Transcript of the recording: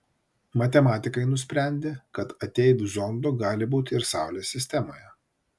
matematikai nusprendė kad ateivių zondų gali būti ir saulės sistemoje